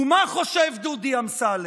ומה חושב דודי אמסלם?